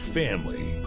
family